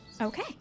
Okay